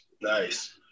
nice